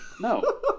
No